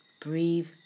Breathe